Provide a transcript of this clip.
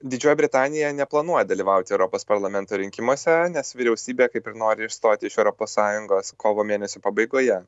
didžioji britanija neplanuoja dalyvauti europos parlamento rinkimuose nes vyriausybė kaip ir nori išstoti iš europos sąjungos kovo mėnesio pabaigoje